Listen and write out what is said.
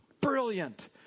Brilliant